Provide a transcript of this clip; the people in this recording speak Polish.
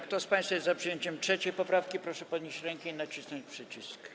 Kto z państwa jest za przyjęciem 3. poprawki, proszę podnieść rękę i nacisnąć przycisk.